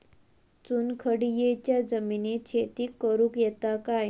चुनखडीयेच्या जमिनीत शेती करुक येता काय?